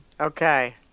Okay